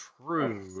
True